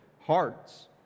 hearts